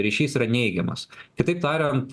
ryšys yra neigiamas kitaip tariant